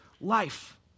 life